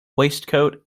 waistcoat